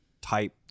type